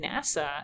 NASA